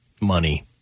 money